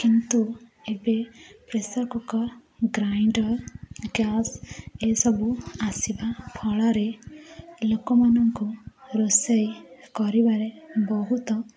କିନ୍ତୁ ଏବେ pressure cooker grinder gas ଏସବୁ ଆସିବା ଫଳରେ ଲୋକମାନଙ୍କୁ ରୋଷେଇ କରିବାରେ ବହୁତ